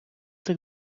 цих